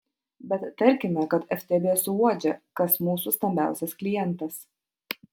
bet tarkime kad ftb suuodžia kas mūsų stambiausias klientas